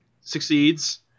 succeeds